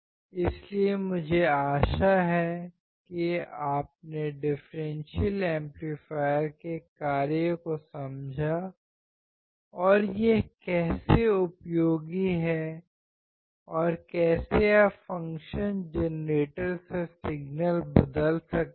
इसलिए मुझे आशा है कि आपने डिफ़्रेंसियल एम्पलीफायर के कार्य को समझा और यह कैसे उपयोगी है और कैसे आप फ़ंक्शन जेनरेटर से सिग्नल बदल सकते हैं